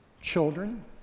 children